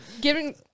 giving